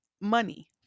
money